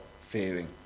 fearing